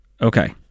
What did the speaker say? Okay